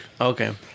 Okay